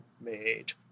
made